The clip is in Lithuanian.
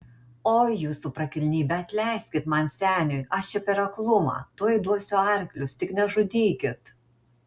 oi jūsų prakilnybe atleiskit man seniui aš čia per aklumą tuoj duosiu arklius tik nežudykit